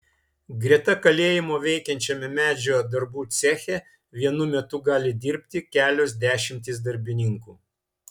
greta kalėjimo veikiančiame medžio darbų ceche vienu metu gali dirbti kelios dešimtys darbininkų